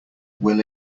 will